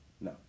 No